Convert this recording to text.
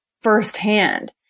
firsthand